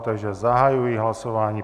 Takže zahajuji hlasování.